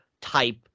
type